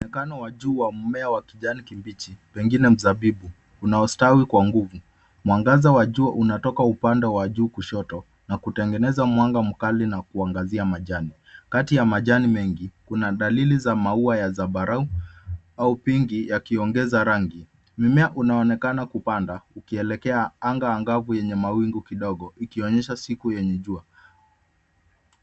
Muonekano wa juu wa mmea wa kijani kibichi, pengine mzabibu. Unaostawi kwa nguvu. Mwangaza wa jua unatoka upande wa juu kushoto, na kutengeneza mwanga mkali na kuangazia majani. Kati ya majani mengi, kuna dalili za maua ya zambarau, au pingi yakiongeza rangi. Mimea unaonekana kupanda, ukielekea anga angavu yenye mawingu kidogo, ikionyesha siku yenye jua.